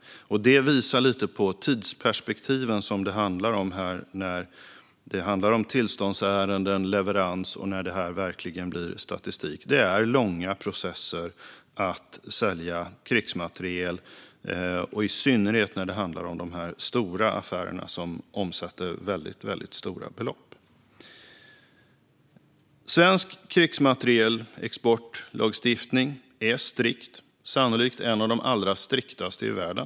Det visar lite på de tidsperspektiv som det handlar om när det gäller tillståndsärenden, leverans och när det här verkligen blir statistik. Det är långa processer att sälja krigsmateriel, i synnerhet när det handlar om stora affärer som omsätter väldigt stora belopp. Svensk krigsmaterielexportlagstiftning är strikt, sannolikt en av de allra striktaste i världen.